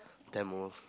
Tamil